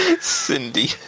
Cindy